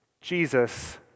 Jesus